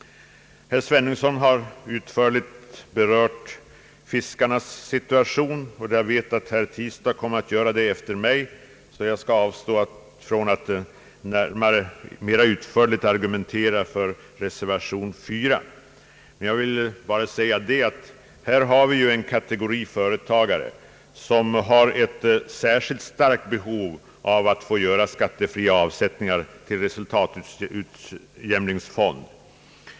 Herr Svenungsson har utförligt berört fiskarnas situation. Då jag vet att även herr Tistad kommer att ta upp den frågan kan jag avstå från att mera utförligt argumentera för reservation 4, Jag vill bara säga att det här är fråga om en kategori företagare som har ett särskilt starkt behov av att få göra skattefria avsättningar till en resultat utjämningsfond.